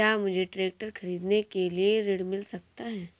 क्या मुझे ट्रैक्टर खरीदने के लिए ऋण मिल सकता है?